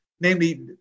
namely